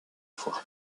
foi